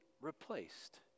replaced